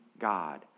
God